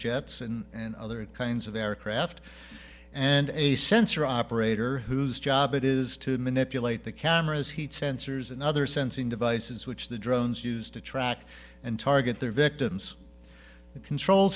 jets and other kinds of aircraft and a sensor operator whose job it is to manipulate the cameras heat sensors and other sensing devices which the drones use to track and target their victims and control